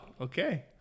Okay